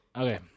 Okay